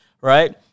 right